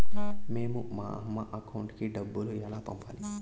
మేము మా అమ్మ అకౌంట్ కి డబ్బులు ఎలా పంపాలి